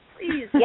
Please